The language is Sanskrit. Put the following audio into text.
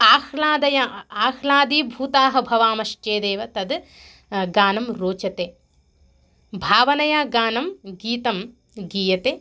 आह्लादय आह्लादीभूताः भवामश्चेदेव तत् गानं रोचते भावनया गानं गीतं गीयते